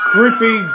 Creepy